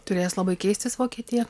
turės labai keistis vokietija